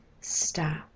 stop